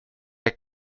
est